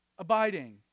Abiding